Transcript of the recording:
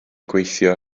gweithio